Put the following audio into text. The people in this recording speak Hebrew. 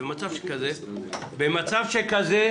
אבל שתדעו לכם,